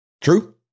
True